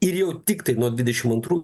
ir jau tiktai nuo dvidešim antrų